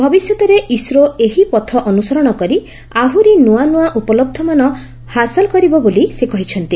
ଭବିଷ୍ୟତରେ ଇସ୍ରୋ ଏହି ପଥ ଅନୁସରଣ କରି ଆହୁରି ନ୍ତଆ ନ୍ତିଆ ଉପଲହ୍ୱମାନ ହାସଲ କରିବ ବୋଲି ସେ କହିଛନ୍ତି